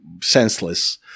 senseless